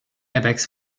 airbags